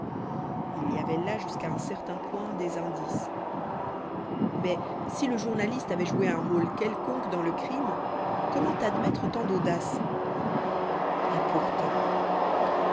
il y avait là jusqu'à un certain point des indices mais si le journaliste avait joué un rôle quelconque dans le crime comment admettre tant d'audace et pourtant